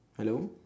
hello